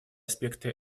аспекты